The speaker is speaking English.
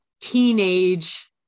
teenage